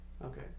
Okay